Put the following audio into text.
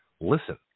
listen